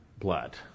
blood